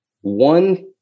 one